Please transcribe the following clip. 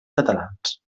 catalans